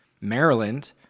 Maryland